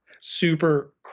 Super